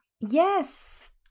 Yes